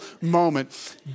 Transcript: moment